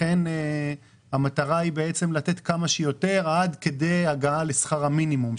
לכן המטרה היא בעצם לתת כמה שיותר עד כדי הגעה לשכר המינימום,